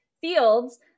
fields